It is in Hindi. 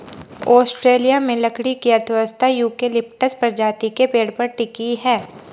ऑस्ट्रेलिया में लकड़ी की अर्थव्यवस्था यूकेलिप्टस प्रजाति के पेड़ पर टिकी है